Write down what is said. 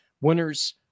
winners